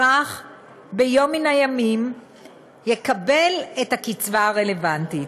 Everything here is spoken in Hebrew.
ביום מן הימים האזרח יקבל את הקצבה הרלוונטית,